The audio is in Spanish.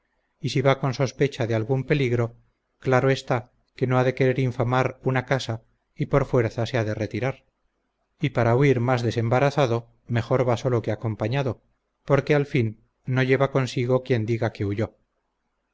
y si va con sospecha de algún peligro claro está que no ha de querer infamar una casa y por fuerza se ha de retirar y para huir más desembarazado mejor va solo que acompañado porque al fin no lleva consigo quien diga que huyó